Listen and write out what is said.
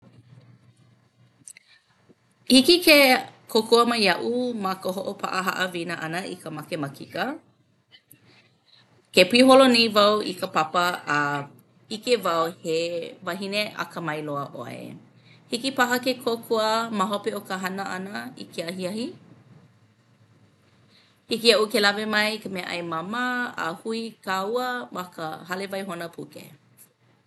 Hiki ke kōkua mai iaʻu ma ka hoʻopaʻa haʻawina ʻana i ka makemakika? Ke piholo nei wau i ka papa a ʻike wau he wahine akamai loa ʻoe. Hiki paha ke kōkua ma hope o ka hana ʻana i ke ahiahi? Hiki iaʻu ke lawe mai ka meaʻai māmā a hui kāua ma ka hale waihona puke.